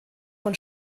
von